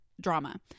drama